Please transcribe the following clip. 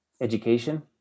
Education